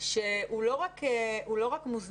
שהוא לא רק מוזנח